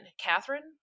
Catherine